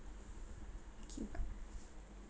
okay bye